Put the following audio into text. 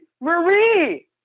Marie